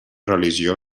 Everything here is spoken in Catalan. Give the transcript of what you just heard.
religió